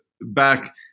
back